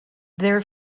their